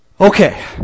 Okay